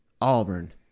Auburn